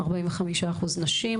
45 אחוז נשים.